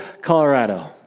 Colorado